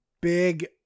big